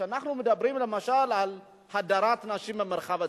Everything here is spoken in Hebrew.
כשאנחנו מדברים למשל על הדרת נשים מהמרחב הציבורי,